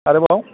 आरोबाव